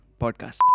podcast